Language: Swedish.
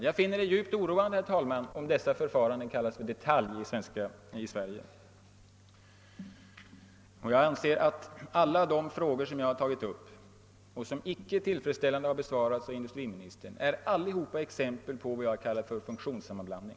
Jag finner det djupt oroande om det som jag påtalat bara skulle vara en detalj. Jag anser att alla de frågor jag tagit upp, och som industriministern inte har besvarat tillfredsställande, är exempel på vad jag kallar för funktionssammanblandning.